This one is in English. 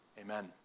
Amen